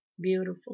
beautiful